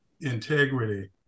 integrity